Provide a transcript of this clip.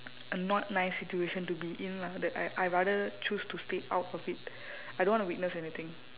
a not nice situation to be in lah that I I rather choose to stay out of it I don't wanna witness anything